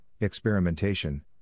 experimentation